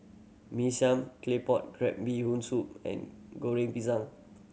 Mee Siam Claypot Crab Bee Hoon Soup and Goreng Pisang